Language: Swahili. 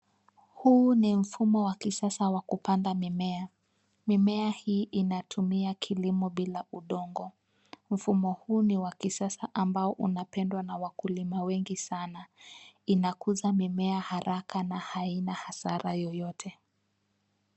Huu ni mfumo wa kisasa wa kupanda mimea. Mimea hii inatumia kilimo bila udongo. Mfumo huu ni wa kisasa amabao unapendwa na wakulima wengi sana, inakuza mimea haraka na haina hasara yoyote.